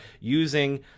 using